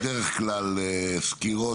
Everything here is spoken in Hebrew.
בדרך כלל לסקירות,